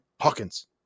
Hawkins